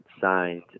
signed